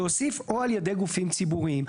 להוסיף "או על ידי גופים ציבוריים".